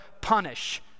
punish